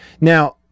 Now